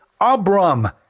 Abram